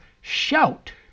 Shout